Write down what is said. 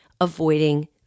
avoiding